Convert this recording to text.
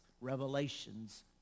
revelations